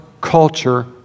culture